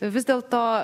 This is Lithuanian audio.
vis dėlto